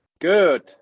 Good